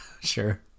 Sure